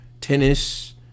tennis